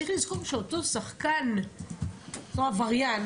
צריך לזכור שאותו שחקן או עבריין